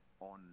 on